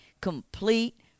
complete